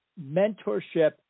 mentorship